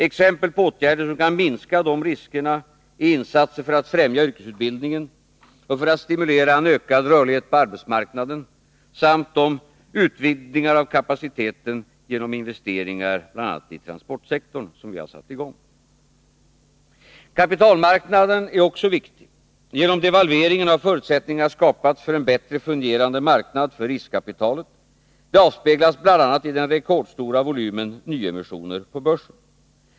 Exempel på åtgärder som kan minska dessa risker är insatser för att främja yrkesutbildningen och för att stimulera en ökad rörlighet på arbetsmarknaden samt de utvidgningar av kapaciteten genom investeringar bl.a. i transportsektorn som vi har satt i gång. Kapitalmarknaden är också viktig. Genom devalveringen har förutsättningar skapats för en bättre fungerande marknad för riskkapitalet. Det avspeglas bl.a. i den rekordstora volymen nyemissioner på börsen.